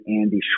Andy